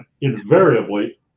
invariably